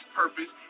purpose